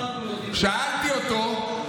הרמתי טלפון לפרופ' מאוטנר ושאלתי אותו: